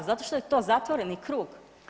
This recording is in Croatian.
Zato što je to zatvoreni krug.